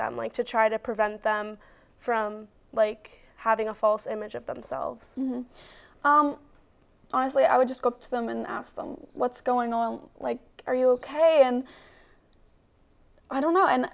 them like to try to prevent them from like having a false image of themselves honestly i would just go up to them and ask them what's going on like are you ok and i don't know and